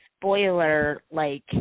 spoiler-like